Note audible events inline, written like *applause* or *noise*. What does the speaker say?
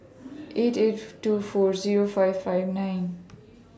*noise* eight eight *unintelligible* two four Zero five five nine